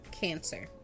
cancer